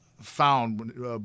found